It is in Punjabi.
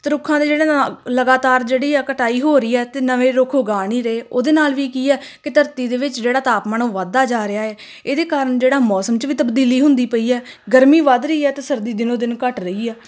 ਅਤੇ ਰੁੱਖਾਂ ਦੇ ਜਿਹੜੇ ਲਗਾਤਾਰ ਜਿਹੜੀ ਆ ਕਟਾਈ ਹੋ ਰਹੀ ਆ ਅਤੇ ਨਵੇਂ ਰੁੱਖ ਉਗਾ ਨਹੀਂ ਰਹੇ ਉਹਦੇ ਨਾਲ ਵੀ ਕੀ ਹੈ ਕਿ ਧਰਤੀ ਦੇ ਵਿੱਚ ਜਿਹੜਾ ਤਾਪਮਾਨ ਉਹ ਵੱਧਦਾ ਜਾ ਰਿਹਾ ਹੈ ਇਹਦੇ ਕਾਰਨ ਜਿਹੜਾ ਮੌਸਮ 'ਚ ਵੀ ਤਬਦੀਲੀ ਹੁੰਦੀ ਪਈ ਹੈ ਗਰਮੀ ਵੱਧ ਰਹੀ ਹੈ ਅਤੇ ਸਰਦੀ ਦਿਨੋ ਦਿਨ ਘੱਟ ਰਹੀ ਆ